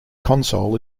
console